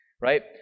right